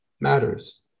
matters